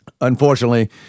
unfortunately